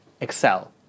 excel